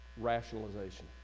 Rationalization